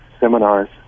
seminars